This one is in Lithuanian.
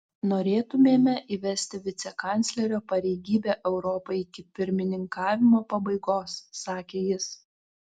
norėtumėme įvesti vicekanclerio pareigybę europai iki pirmininkavimo pabaigos sakė jis